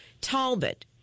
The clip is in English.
Talbot